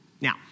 Now